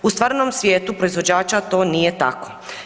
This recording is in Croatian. U stvarnom svijetu proizvođača to nije tako.